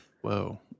Whoa